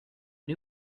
new